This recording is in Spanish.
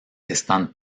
están